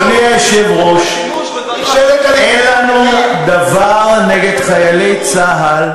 אדוני היושב-ראש, אין לנו דבר נגד חיילי צה"ל